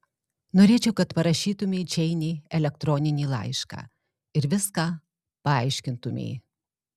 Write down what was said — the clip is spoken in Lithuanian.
norėčiau kad parašytumei džeinei elektroninį laišką ir viską paaiškintumei